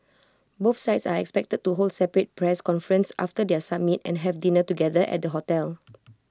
both sides are expected to hold separate press conferences after their summit and have dinner together at the hotel